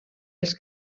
els